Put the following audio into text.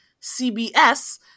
CBS